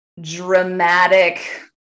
dramatic